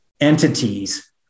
entities